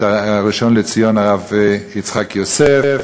את הראשון לציון הרב יצחק יוסף,